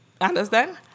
Understand